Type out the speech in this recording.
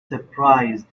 surprised